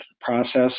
process